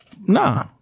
Nah